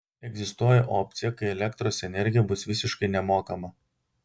egzistuoja opcija kai elektros energija bus visiškai nemokama